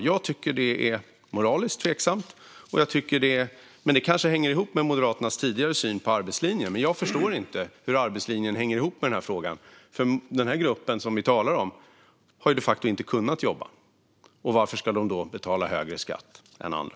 Jag tycker att detta är moraliskt tveksamt, men det kanske hänger ihop med Moderaternas tidigare syn på arbetslinjen. Jag förstår inte hur arbetslinjen hänger ihop med denna fråga, för den grupp som vi talar om har ju de facto inte kunnat jobba. Varför ska de då betala högre skatt än andra?